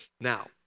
Now